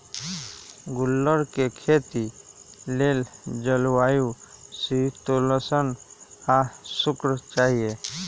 गुल्लर कें खेती लेल जलवायु शीतोष्ण आ शुष्क चाहि